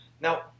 Now